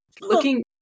looking